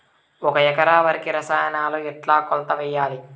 ఒక ఎకరా వరికి రసాయనాలు ఎట్లా కొలత వేయాలి?